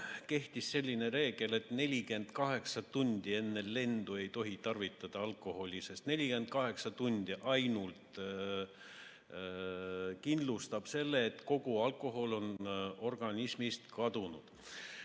Kehtis selline reegel, et 48 tundi enne lendu ei tohi tarvitada alkoholi, sest ainult 48 tundi kindlustab selle, et kogu alkohol on organismist kadunud.